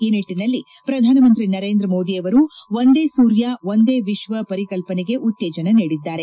ಈ ನಿಟ್ಟಿನಲ್ಲಿ ಪ್ರಧಾನಮಂತ್ರಿ ನರೇಂದ್ರ ಮೋದಿ ಅವರು ಒಂದೇ ಸೂರ್ಯ ಒಂದೇ ವಿಶ್ವ ಪರಿಕಲ್ಪನೆಗೆ ಉತ್ತೇಜನ ನೀಡಿದ್ದಾರೆ